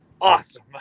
Awesome